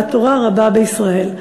והתורה רבה בישראל".